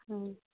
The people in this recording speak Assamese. অঁ